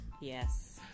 Yes